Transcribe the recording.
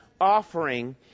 offering